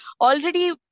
Already